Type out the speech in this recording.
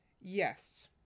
Yes